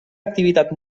activitat